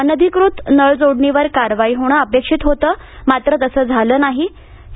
अनधिकृत नळजोडणीवर कारवाई होण अपेक्षित होतं मात्र तसं झालं नाहे